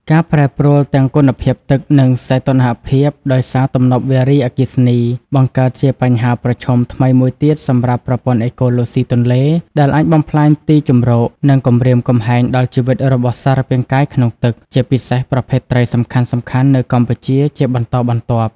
ការប្រែប្រួលទាំងគុណភាពទឹក និងសីតុណ្ហភាពដោយសារទំនប់វារីអគ្គិសនី បង្កើតជាបញ្ហាប្រឈមថ្មីមួយទៀតសម្រាប់ប្រព័ន្ធអេកូឡូស៊ីទន្លេ ដែលអាចបំផ្លាញទីជម្រក និងគំរាមកំហែងដល់ជីវិតរបស់សារពាង្គកាយក្នុងទឹក ជាពិសេសប្រភេទត្រីសំខាន់ៗនៅកម្ពុជាជាបន្តបន្ទាប់។